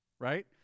right